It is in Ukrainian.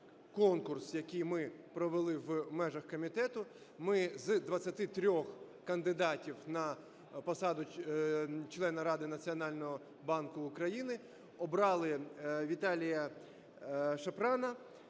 конкурс, який ми провели в межах комітету. Ми з 23 кандидатів на посаду члена Ради Національного банку України обрали Віталія Шапрана,